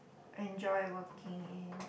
enjoy working in